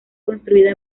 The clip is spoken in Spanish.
construida